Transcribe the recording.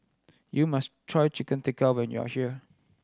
you must try Chicken Tikka when you are here